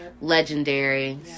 legendary